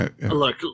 look